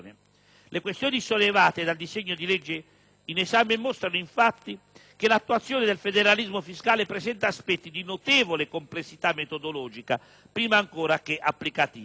Le questioni sollevate del disegno di legge in esame mostrano, infatti, che l'attuazione del federalismo fiscale presenta aspetti di notevole complessità metodologica, prima ancora che applicativa.